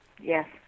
Yes